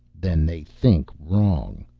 then they think wrong.